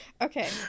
okay